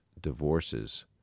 divorces